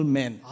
men